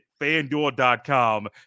fanduel.com